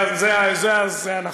זה הנכון.